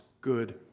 good